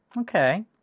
Okay